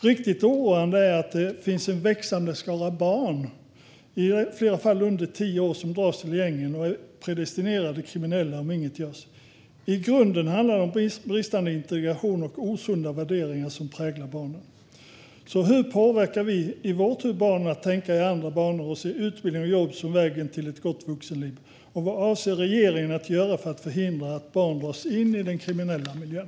Riktigt oroande är att det finns en växande skara barn, i flera fall under tio års ålder, som dras till gängen och är predestinerade att bli kriminella om inget görs. I grunden handlar det om bristande integration och osunda värderingar som präglar barnen. Hur påverkar vi barnen att tänka i andra banor och se utbildning och jobb som vägen till ett gott vuxenliv? Vad avser regeringen att göra för att förhindra att barn dras in i den kriminella miljön?